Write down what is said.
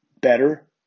better